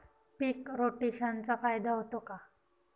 पीक रोटेशनचा फायदा होतो का?